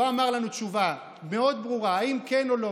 לא אמר לנו תשובה מאוד ברורה אם כן או לא,